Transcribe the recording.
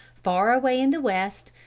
far away in the west,